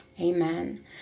Amen